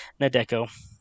Nadeko